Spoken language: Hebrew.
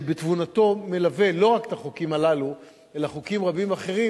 שבתבונתו מלווה לא רק את החוקים הללו אלא חוקים רבים אחרים,